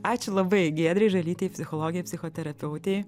ačiū labai giedrei žalytei psichologei psichoterapeutei